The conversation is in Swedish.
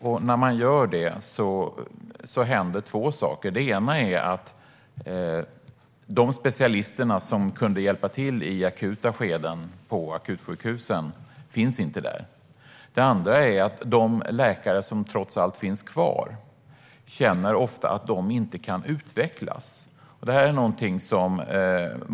Då händer det två saker. Det ena är att de specialister som kan hjälpa till i akuta skeden på akutsjukhusen inte finns där. Det andra är att de läkare som trots allt finns kvar ofta känner att de inte kan utvecklas.